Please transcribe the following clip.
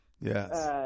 Yes